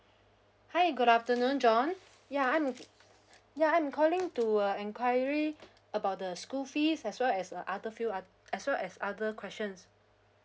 hi good afternoon john ya I'm ya I am calling to uh enquiry about the school fees as well as uh other field ah as well as other questions